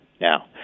Now